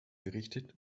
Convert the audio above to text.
berichtet